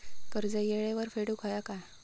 कर्ज येळेवर फेडूक होया काय?